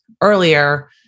earlier